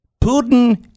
Putin